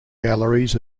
galleries